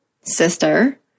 sister